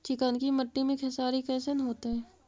चिकनकी मट्टी मे खेसारी कैसन होतै?